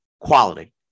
quality